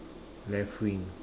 left wing